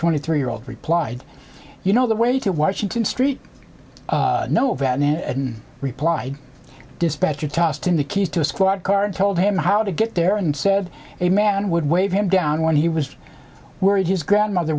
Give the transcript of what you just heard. twenty three year old replied you know the way to washington street no value replied dispatcher tossed in the keys to a squad car and told him how to get there and said a man would wave him down when he was worried his grandmother